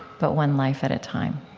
but one life at a time.